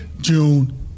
June